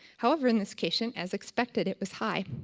however, in this occasion, as expected it was high.